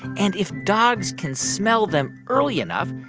and if dogs can smell them early enough,